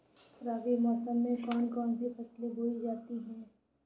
रबी मौसम में कौन कौन सी फसलें बोई जाती हैं?